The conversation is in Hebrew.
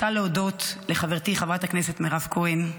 רוצה להודות לחברתי, חברת הכנסת מירב כהן,